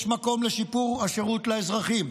יש מקום לשיפור השירות לאזרחים,